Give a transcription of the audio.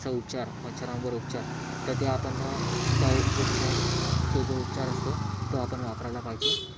याचा उपचार मच्छरांवर उपचार तर त्या आपण इथे आपण तो जो उपचार असतो तो आपण वापरायला पाहिजे